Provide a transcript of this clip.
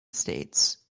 states